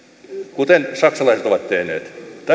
kuten saksalaiset ovat tehneet